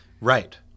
Right